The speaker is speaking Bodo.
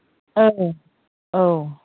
औ औ